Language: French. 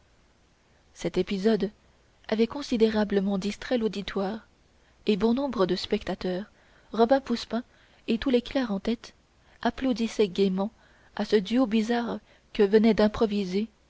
cet épisode avait considérablement distrait l'auditoire et bon nombre de spectateurs robin poussepain et tous les clercs en tête applaudissaient gaiement à ce duo bizarre que venaient d'improviser